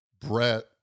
Brett